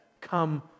come